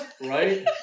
right